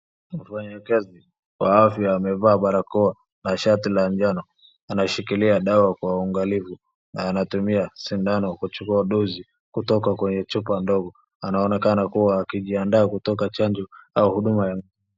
mfanyikazi wa afya aamevaa baraoa na shati la njano anashkilia dawa kwa uangalifu anatumia shindano kuchukua dozi kutoka kwenye chupa ndogo anaokena kuwa akijianda kutoka chanjo au huduma ya